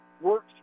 works